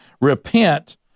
Repent